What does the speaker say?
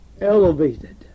elevated